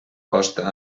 costa